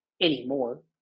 anymore